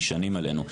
נשענים עלינו.